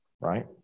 right